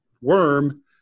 worm